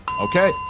Okay